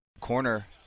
corner